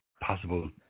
possible